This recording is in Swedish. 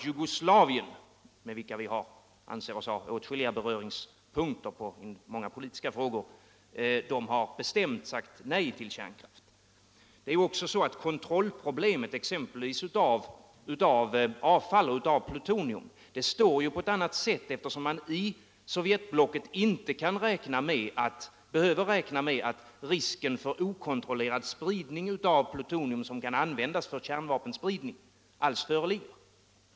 Jugoslavien, som vi har beröringspunkter med i många politiska frågor, har bestämt sagt nej till kärnkraft. Kontrollproblemet, exempelvis i fråga om avfall och plutonium, framstår ju på ett annat sätt, eftersom man i Sovjetblocket inte behöver räkna med att risken för okontrollerad spridning av plutonium, som kan användas för kärnvapenframställning, alls föreligger.